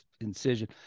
incision